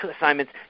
assignments